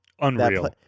Unreal